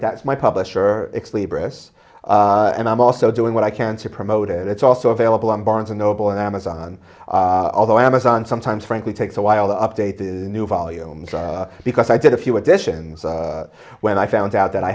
that's my publisher brous and i'm also doing what i can see promoted and it's also available on barnes and noble and amazon although amazon sometimes frankly takes a while to update the new volume because i did a few additions when i found out that i